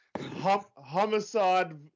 Homicide